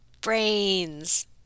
brains